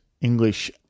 English